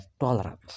tolerance